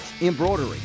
embroidery